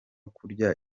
kurya